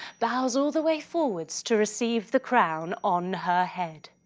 bows all the way forwards to receive the crown on her head.